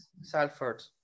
Salford